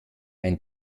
ein